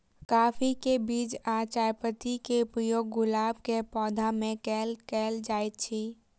काफी केँ बीज आ चायपत्ती केँ उपयोग गुलाब केँ पौधा मे केल केल जाइत अछि?